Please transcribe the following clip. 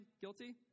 guilty